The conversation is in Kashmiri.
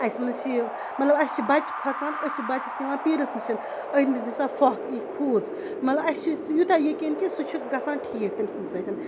اَسہِ منٛز چھِ یہِ مطلب اَسہِ چھِ بَچہِ کھۄژان أسۍ چھِ بَچَس نِوان پیٖرَس نِش أمِس دِسا پھۄکھ یہِ کھوٗژ مطلب اَسہِ چھِ یوٗتاہ یقیٖن کہِ سُہ چھُ گژھان ٹھیٖک تٔمۍ سٕنٛدۍ سۭتۍ